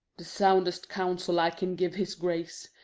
the soundest counsel i can give his grace,